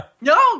No